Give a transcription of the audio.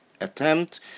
attempt